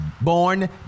born